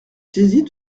saisie